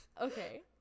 okay